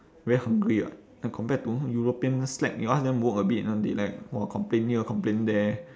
very hungry [what] compared to europeans slack you ask them work a bit ah they like !wah! complain here complain there